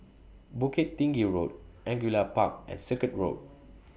Bukit Tinggi Road Angullia Park and Circuit Road